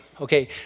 Okay